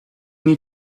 need